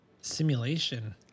Simulation